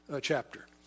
chapter